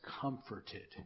comforted